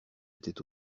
était